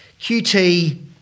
QT